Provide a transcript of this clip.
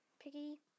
piggy